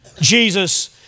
Jesus